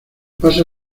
pasa